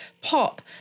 Pop